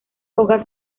hojas